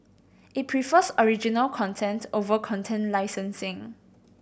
it prefers original content over content licensing